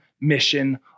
mission